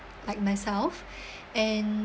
like myself and